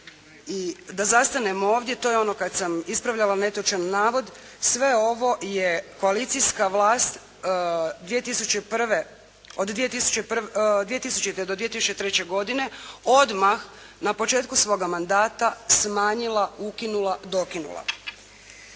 da zastanemo ovdje, to je ono kad sam ispravljala netočan navod, sve ovo je koalicijska vlast od 2000. do 2003. godine odmah na početku svoga mandata smanjila, ukinula, dokinula,